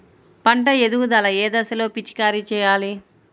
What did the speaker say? పంట ఎదుగుదల ఏ దశలో పిచికారీ చేయాలి?